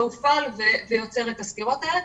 לא הופעל ויוצר את הסתירות האלה.